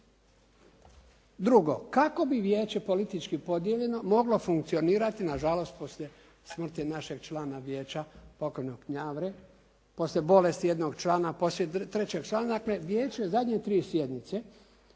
Drugo, kako bi vijeće politički podijeljeno moglo funkcionirati na žalost poslije smrti našeg člana vijeća, pokojnog Njavre, poslije bolesti jednog člana, poslije trećeg člana. Dakle vijeće je zadnje tri sjednice